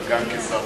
אבל גם כשר משפטים,